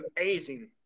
amazing